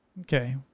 Okay